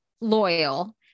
loyal